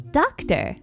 doctor